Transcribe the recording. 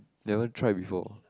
never try before